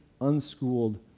unschooled